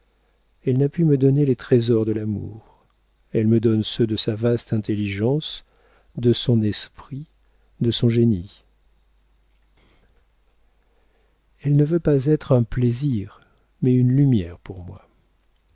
elle n'a pu me donner les trésors de l'amour elle me donne ceux de sa vaste intelligence de son esprit de son génie elle ne veut pas être un plaisir mais une lumière pour moi